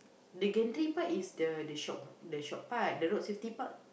the gantry part is the the shop the shop the road safety park